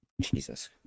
Jesus